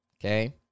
okay